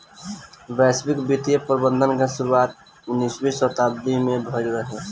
वैश्विक वित्तीय प्रबंधन के शुरुआत उन्नीसवीं शताब्दी में भईल रहे